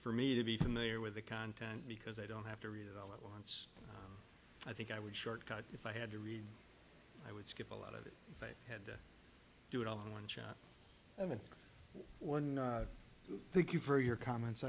for me to be familiar with the content because i don't have to read it all at once i think i would shortcut if i had to read i would skip a lot of it if i had to do it all in one shot i mean one thank you for your comments